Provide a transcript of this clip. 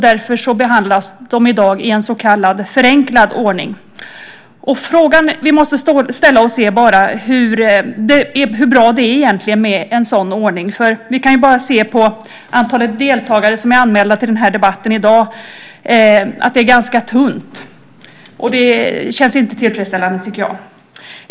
Därför behandlas de i dag i en så kallad förenklad ordning. Frågan vi måste ställa oss är hur bra det egentligen är med en sådan ordning. Vi kan bara se på antalet deltagare som är anmälda till debatten i dag. Det är ganska tunt. Det känns inte tillfredsställande, tycker jag.